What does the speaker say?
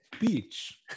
Beach